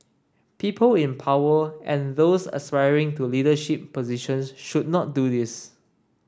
people in power and those aspiring to leadership positions should not do this